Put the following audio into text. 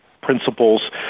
principles